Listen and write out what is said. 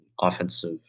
offensive